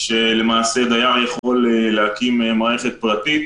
שלמעשה דייר יכול להקים מערכת פרטית,